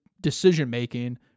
decision-making